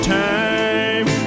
time